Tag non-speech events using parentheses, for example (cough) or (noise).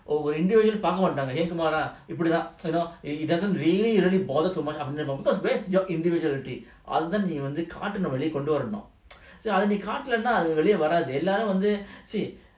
பார்க்கமாட்டாங்க:parka matanga you know it doesn't really really bother so much அப்டினா:apdina because where's your individuality அதுதான்காட்டணும்நீவெளிலகொண்டுவரணும்:adhuthan kaatanum nee velila kondu varanum (noise) அதுகாட்டலானாவெளிலவராதுஎல்லோரும்வந்து:adhu kaatalana velila varathu ellorum vandhu see